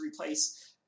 replace